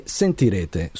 sentirete